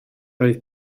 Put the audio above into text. oedd